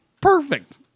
perfect